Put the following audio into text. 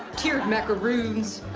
tiered macarons,